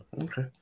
Okay